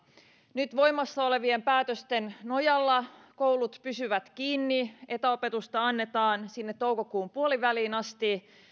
nyt voimassa olevien päätösten nojalla koulut pysyvät kiinni ja etäopetusta annetaan sinne toukokuun puoleenväliin asti